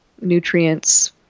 nutrients